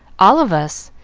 all of us.